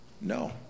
No